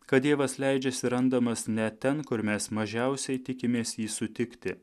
kad dievas leidžiasi randamas ne ten kur mes mažiausiai tikimės jį sutikti